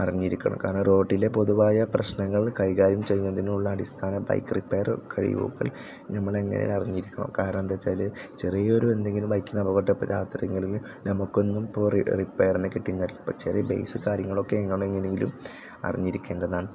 അറിഞ്ഞിരിക്കണം കാരണം റോട്ടിൽ പൊതുവായ പ്രശ്നങ്ങൾ കൈകാര്യം ചെയ്യുന്നതിനുള്ള അടിസ്ഥാന ബൈക്ക് റിപ്പയർ കഴിവുകൾ നമ്മളെങ്ങനെ അറിഞ്ഞിരിക്കുക കാരണമെന്താ വെച്ചാൽ ചെറിയൊരു എന്തെങ്കിലും ബൈക്കിന് അപകട ഇപ്പം രാത്രി ആണെങ്കിൽ നമുക്കൊന്നും ഇപ്പോൾ റിപ്പയറിന് കിട്ടിയെന്ന് വരില്ല പക്ഷേ ചെറിയ ബേസ് കാര്യങ്ങളൊക്കെ എങ്ങനെയെങ്കിലും അറിഞ്ഞിരിക്കേണ്ടതാണ്